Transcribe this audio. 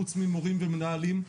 חוץ ממורים ומנהלים,